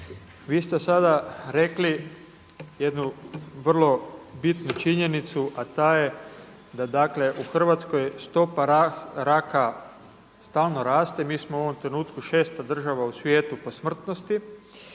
Vi ste sada rekli jednu vrlo bitnu činjenicu, a ta je da dakle u Hrvatskoj stopa raka stalno raste. Mi smo u ovom trenutku šesta država u svijetu po smrtnosti